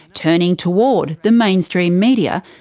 turning toward the mainstream media,